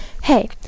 Hey